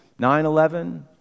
9-11